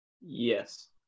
Yes